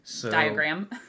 diagram